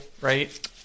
right